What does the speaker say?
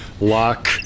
lock